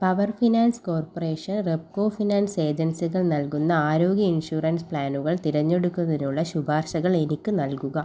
power finance corporation Repco finance ഏജൻസികൾ നൽകുന്ന ആരോഗ്യ ഇൻഷുറൻസ് പ്ലാനുകൾ തിരഞ്ഞെടുക്കുന്നതിനുള്ള ശുപാർശകൾ എനിക്ക് നൽകുക